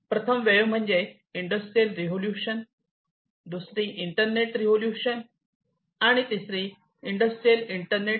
प्रथम वेव्ह म्हणजे industrial revolution दुसरी इंटरनेट रिव्होल्यूशन आणि तिसरी इंडस्ट्रियल इंटरनेट